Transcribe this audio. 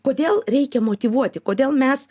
kodėl reikia motyvuoti kodėl mes